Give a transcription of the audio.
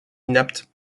inapte